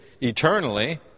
eternally